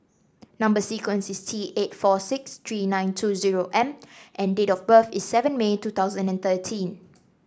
number sequence is T eight four six three nine two zero M and date of birth is seven May two thousand and thirteen